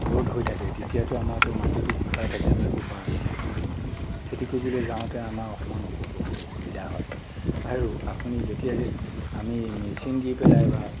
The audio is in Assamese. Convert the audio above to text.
ৰ'দ হৈ থাকে তেতিয়াতো আমাৰতো মাটিতো শুকাই থাকে আমি ক'ৰপৰা খেতি কৰিম খেতি কৰিবলৈ যাওঁতে আমাৰ অকণমান বহুত অসুবিধা হয় আৰু আপুনি যেতিয়া যে আমি মেচিন দি পেলাই বা